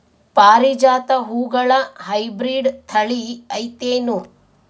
ಪಾರಿಜಾತ ಹೂವುಗಳ ಹೈಬ್ರಿಡ್ ಥಳಿ ಐತೇನು?